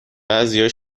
بعضیا